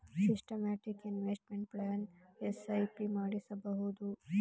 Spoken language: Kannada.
ಸಿಸ್ಟಮ್ಯಾಟಿಕ್ ಇನ್ವೆಸ್ಟ್ಮೆಂಟ್ ಪ್ಲಾನ್ ಎಸ್.ಐ.ಪಿ ಮಾಡಿಸಬಹುದು